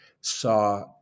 saw